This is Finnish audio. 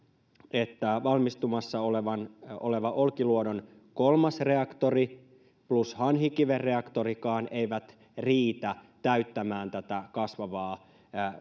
että valmistumassa oleva olkiluodon kolmas reaktori plus hanhikiven reaktorikaan eivät riitä täyttämään tätä kasvavaa